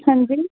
अंजी